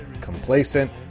complacent